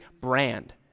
brand